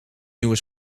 nieuwe